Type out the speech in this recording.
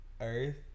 Earth